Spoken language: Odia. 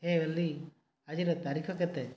ହେ ଓଲି ଆଜିର ତାରିଖ କେତେ